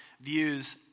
views